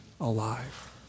alive